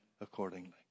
accordingly